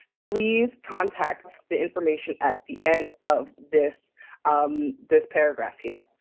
please contact the information at the end of this this paragraph here.